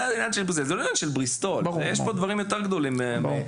זה לא עניין של בריסטול; יש פה דברים יותר גדולים מכך.